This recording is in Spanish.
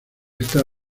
esta